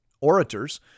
Orators